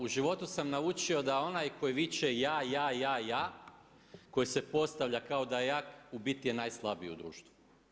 U životu sam naučio da onaj koji viče ja, ja, ja, ja, koji se postavlja kao da je jak, u biti je najslabiji u društvu.